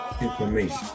information